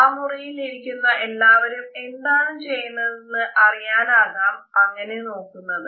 ആ മുറിയിലിരിക്കുന്ന എല്ലാവരും എന്താണ് ചെയ്യുന്നതെന്ന് അറിയാനാകാം അങ്ങനെ നോക്കുന്നത്